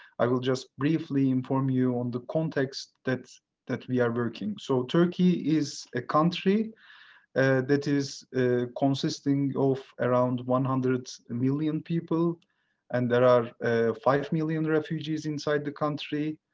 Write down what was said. i will just briefly inform you on the context that that we are working. so turkey is a country that is consisting of around one hundred million people and there are five million refugees inside the country.